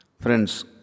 Friends